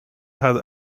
had